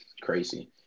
crazy